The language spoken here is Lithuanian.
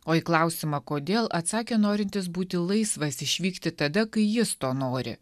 o į klausimą kodėl atsakė norintis būti laisvas išvykti tada kai jis to nori